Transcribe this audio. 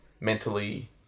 mentally